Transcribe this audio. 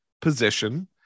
position